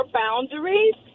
boundaries